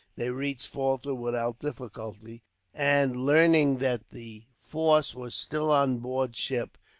they reached falta without difficulty and, learning that the force was still on board ship,